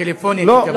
טלפונית תקבלי.